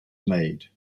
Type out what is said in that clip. made